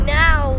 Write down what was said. now